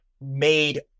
made